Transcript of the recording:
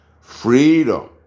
Freedom